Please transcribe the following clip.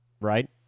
right